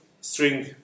string